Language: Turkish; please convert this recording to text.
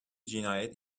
cinayet